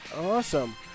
Awesome